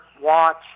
watch